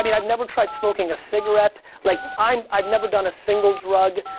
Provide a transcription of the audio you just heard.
i mean i've never tried smoking a cigarette, like i've never done a single drug.